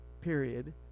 Period